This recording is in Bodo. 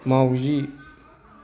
माउजि